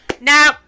Now